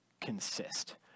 consist